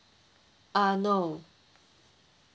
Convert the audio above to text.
uh no